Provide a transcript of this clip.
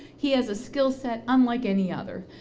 he has a skillset unlike any other.